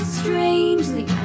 strangely